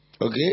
Okay